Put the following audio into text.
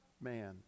man